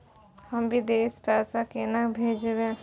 हम विदेश पैसा केना भेजबे?